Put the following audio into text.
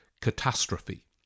catastrophe